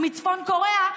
מצפון קוריאה,